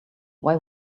why